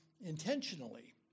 intentionally